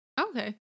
Okay